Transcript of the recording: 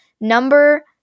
Number